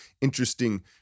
interesting